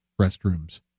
restrooms